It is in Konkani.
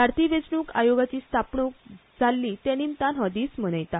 भारतीय वेंचणूक आयोगाची स्थापणूक जाल्ली ते निमतान हो दीस मनयतात